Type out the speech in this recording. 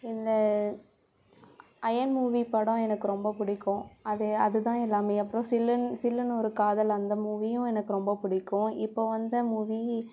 இல்லை அயன் மூவி படம் எனக்கு ரொம்ப பிடிக்கும் அதே அதுதான் எல்லாமே அப்புறம் சில்லுன் சில்லுனு ஒரு காதல் அந்த மூவியும் எனக்கு ரொம்ப பிடிக்கும் இப்போ வந்த மூவி